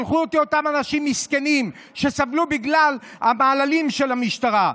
שלחו אותי אותם אנשים מסכנים שסבלו בגלל המעללים של המשטרה.